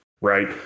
right